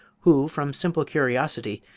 who, from simple curiosity,